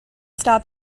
stop